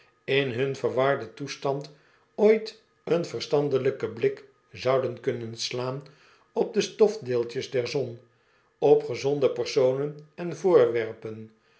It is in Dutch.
in hun verwarden toestand ooit een verstandelij ken blik zouden kunnen slaan op de stofdeeltjes der zon op gezonde personen en voorwerpen